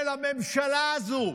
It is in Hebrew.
של הממשלה הזו,